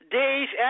days